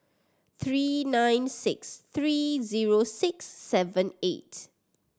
three nine six three zero six seven eight